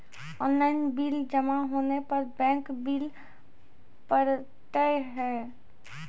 Online bill जमा होने पर बैंक बिल पड़तैत हैं?